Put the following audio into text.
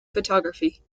photography